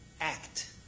act